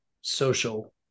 social